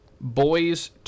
boys